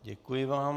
Děkuji vám.